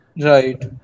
Right